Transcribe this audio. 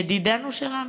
ידידנו שלנו.